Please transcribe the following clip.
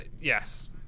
Yes